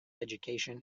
education